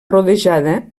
rodejada